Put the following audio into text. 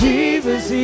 Jesus